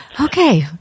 okay